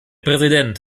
präsident